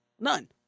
none